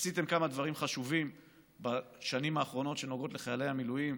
עשיתם יחד כמה דברים חשובים בשנים האחרונות שנוגעים לחיילי המילואים.